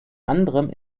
anderem